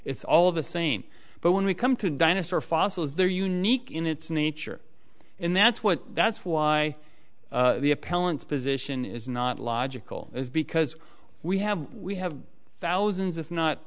it's all the same but when we come to dinosaur fossils they're unique in its nature and that's what that's why the appellant's position is not logical is because we have we have thousands